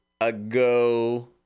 ago